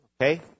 okay